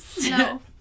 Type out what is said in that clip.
no